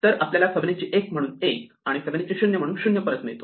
तर आपल्याला फिबोनाची 1 म्हणून 1 आणि फिबोनाची 0 म्हणून 0 परत मिळतो